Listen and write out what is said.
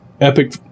epic